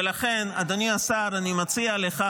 ולכן, אדוני השר, אני מציע לך